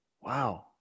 wow